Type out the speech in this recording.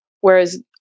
Whereas